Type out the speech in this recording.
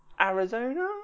Arizona